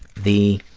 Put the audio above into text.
the,